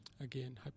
Again